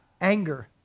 anger